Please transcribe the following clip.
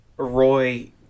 Roy